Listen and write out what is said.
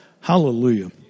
Hallelujah